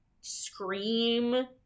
scream